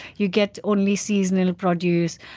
you get only seasonal produce.